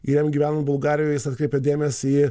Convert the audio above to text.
jam gyventi bulgarijoj jis atkreipė dėmesį į